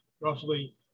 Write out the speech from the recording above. roughly